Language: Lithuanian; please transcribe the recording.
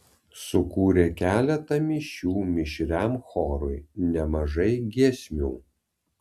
sukūrė keletą mišių mišriam chorui nemažai giesmių